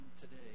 today